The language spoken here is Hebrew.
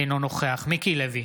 אינו נוכח מיקי לוי,